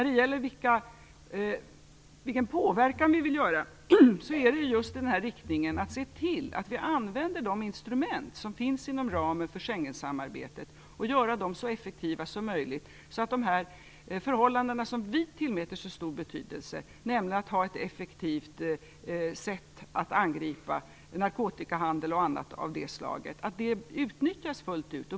Den påverkan vi vill utöva går i riktning mot att göra de instrument som finns inom ramen för Schengensamarbetet så effektiva som möjligt, så att de möjligheter som vi tillmäter så stor betydelse, nämligen att på ett effektivt sätt kunna angripa narkotikahandel och annat av det slaget, utnyttjas fullt ut.